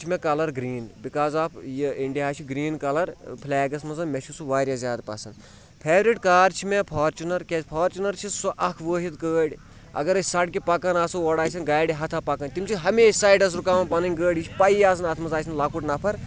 سُہ چھُ مےٚ کَلَر گرٛیٖن بِکاز آف یہِ اِنڈیاہَس چھِ گرٛیٖن کَلَر فٕلیگَس منٛز مےٚ چھُ سُہ واریاہ زیادٕ پَسنٛد فیورِٹ کار چھِ مےٚ فارچُنَر کیٛازِ فارچُنَر چھِ سُہ اَکھ وٲحد گٲڑۍ اگر أسۍ سڑکہِ پَکان آسو اورٕ آسن گاڑِ ہَتھاہ پَکان تِم چھِ ہمیشہِ سایڈَس رُکاوان پَنٕنۍ گٲڑۍ یہِ چھِ پَیی آسان اَتھ منٛز آسہِ نہٕ لۄکُٹ نَفَر